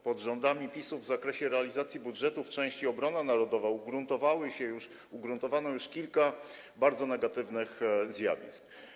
Pod rządami PiS-u w zakresie realizacji budżetu w części: Obrona narodowa ugruntowało się już kilka bardzo negatywnych zjawisk.